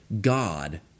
God